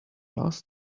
last